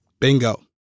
Bingo